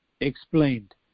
explained